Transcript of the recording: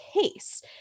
case